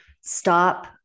stop